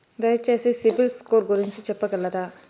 దయచేసి CIBIL score గురించి చెప్పగలరా?